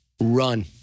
Run